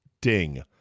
ding